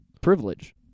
Privilege